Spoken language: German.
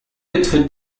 betritt